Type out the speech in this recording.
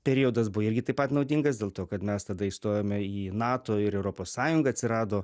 periodas buvo irgi taip pat naudingas dėl to kad mes tada įstojome į nato ir europos sąjungą atsirado